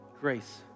grace